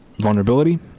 vulnerability